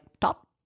top